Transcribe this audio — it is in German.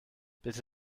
bitte